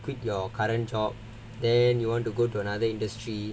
quit your current job then you want to go to another industry